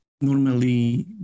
normally